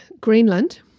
Greenland